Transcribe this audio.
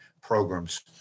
programs